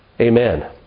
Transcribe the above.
Amen